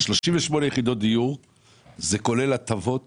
ה-38 יחידות דיור זה כולל הטבות